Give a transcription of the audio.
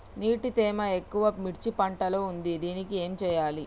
నీటి తేమ ఎక్కువ మిర్చి పంట లో ఉంది దీనికి ఏం చేయాలి?